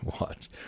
Watch